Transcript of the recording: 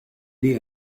née